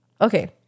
okay